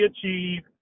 achieve